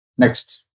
Next